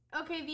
Okay